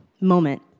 moment